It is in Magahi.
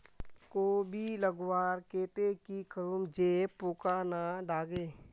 कोबी लगवार केते की करूम जे पूका ना लागे?